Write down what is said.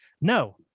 no